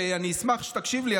אני אשמח שתקשיב לי,